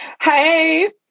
hey